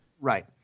Right